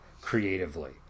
creatively